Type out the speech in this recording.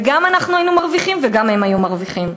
וגם אנחנו היינו מרוויחים וגם הם היו מרוויחים.